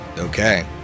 Okay